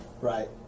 right